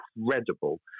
incredible